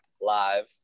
live